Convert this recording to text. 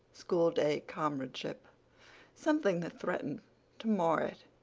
school-day comradeship something that threatened to mar it.